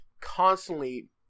constantly